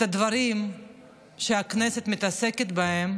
את הדברים שהכנסת מתעסקת בהם,